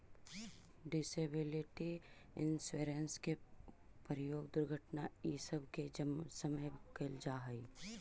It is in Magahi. डिसेबिलिटी इंश्योरेंस के प्रयोग दुर्घटना इ सब के समय कैल जा हई